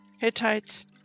Hittites